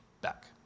back